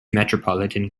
metropolitan